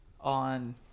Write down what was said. on